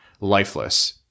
lifeless